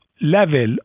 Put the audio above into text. level